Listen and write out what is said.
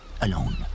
alone